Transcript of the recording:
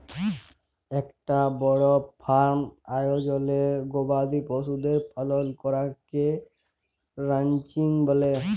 একটা বড় ফার্ম আয়জলে গবাদি পশুদের পালন করাকে রানচিং ব্যলে